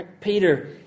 Peter